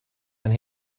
and